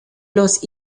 los